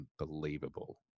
unbelievable